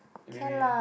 anyway